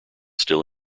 still